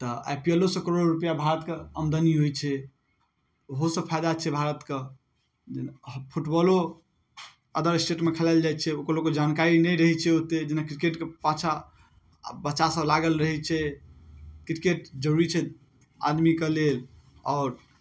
तऽ I P L ओसँ करोड़ो रुपैआ भारतके आमदनी होइ छै ओहोसँ फायदा छै भारतके फुटबॉलो अदर स्टेटमे खेलायल जाइ छै ओकर लोकके जानकारी नहि रहै छै ओते जेना क्रिकेटके पाछाँ आब बच्चा सब लागल रहै छै क्रिकेट जरुरी छै आदमीके लेल आओर